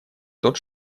тот